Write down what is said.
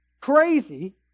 crazy